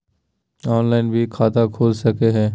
Online भी खाता खूल सके हय?